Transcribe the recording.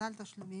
תשלומים),